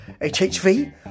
HHV